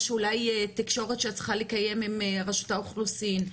יש אולי תקשורת שאת צריכה לקיים עם רשות האוכלוסין.